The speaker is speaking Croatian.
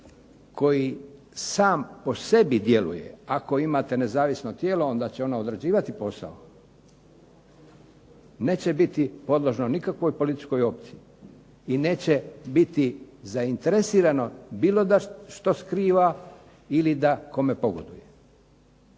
koji sam po sebi djeluje. Ako imate nezavisno tijelo onda će ono odrađivati posao, neće biti podložno nikakvoj političkoj opciji i neće biti zainteresirano da bilo šta skriva ili da kome pogoduje.